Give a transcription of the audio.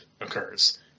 occurs